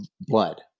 blood